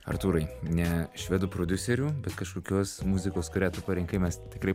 artūrai ne švedų prodiuserių bet kažkokios muzikos kurią tu parinkai mes tikrai